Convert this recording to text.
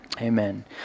Amen